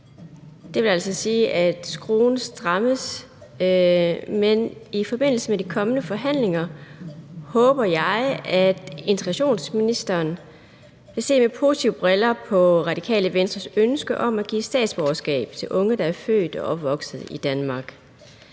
Det vil altså sige, at skruen strammes, men i forbindelse med de kommende forhandlinger håber jeg at integrationsministeren vil se med positive briller på Radikale Venstres ønske om at give statsborgerskab til unge, der er født og opvokset i Danmark.